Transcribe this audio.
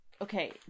Okay